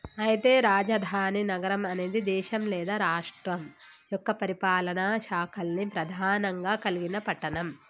అయితే రాజధాని నగరం అనేది దేశం లేదా రాష్ట్రం యొక్క పరిపాలనా శాఖల్ని ప్రధానంగా కలిగిన పట్టణం